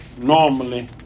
normally